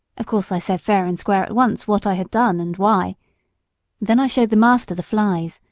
of course i said fair and square at once what i had done, and why then i showed the master the flies,